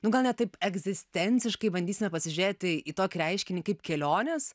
nu gal ne taip egzistenciškai bandysime pasižiūrėti į tokį reiškinį kaip kelionės